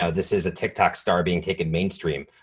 ah this is a tiktok star being taken mainstream,